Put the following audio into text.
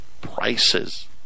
prices